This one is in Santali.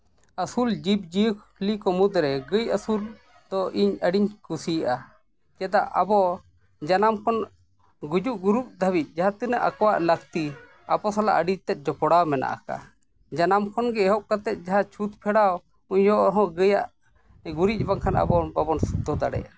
ᱟᱹᱥᱩᱞ ᱡᱤᱵᱽᱼᱡᱤᱭᱟᱹᱞᱤ ᱠᱚ ᱢᱩᱫᱽᱨᱮ ᱜᱟᱹᱭ ᱟᱹᱥᱩᱞ ᱫᱚ ᱤᱧ ᱟᱹᱰᱤᱧ ᱠᱩᱥᱤᱭᱟᱜᱼᱟ ᱪᱮᱫᱟᱜ ᱟᱵᱚ ᱡᱟᱱᱟᱢ ᱠᱷᱚᱱ ᱜᱩᱡᱩᱜ ᱜᱩᱨᱩᱜ ᱫᱷᱟᱹᱵᱤᱡ ᱡᱟᱦᱟᱸ ᱛᱤᱱᱟᱹᱜ ᱟᱠᱚᱣᱟᱜ ᱞᱟᱹᱠᱛᱤ ᱟᱵᱚ ᱥᱟᱞᱟᱜ ᱟᱹᱰᱤ ᱛᱮᱫ ᱡᱚᱯᱲᱟᱣ ᱢᱮᱱᱟᱜᱼᱟ ᱟᱠᱟᱜᱼᱟ ᱡᱟᱱᱟᱢ ᱠᱷᱚᱱ ᱜᱮ ᱮᱦᱚᱵ ᱠᱟᱛᱮᱫ ᱡᱟᱦᱟᱸ ᱪᱷᱩᱸᱛ ᱯᱷᱮᱰᱟᱣ ᱩᱱ ᱡᱚᱦᱚᱜ ᱦᱚᱸ ᱜᱟᱹᱭᱟᱜ ᱜᱩᱨᱤᱡ ᱵᱟᱝᱠᱷᱟᱱ ᱟᱵᱚ ᱵᱟᱵᱚᱱ ᱥᱩᱫᱷᱚ ᱫᱟᱲᱮᱭᱟᱜᱼᱟ